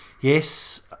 Yes